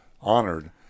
honored